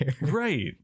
Right